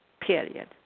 period